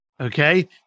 okay